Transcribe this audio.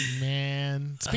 Man